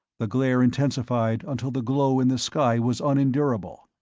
the glare intensified until the glow in the sky was unendurable,